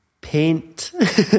Paint